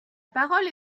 parole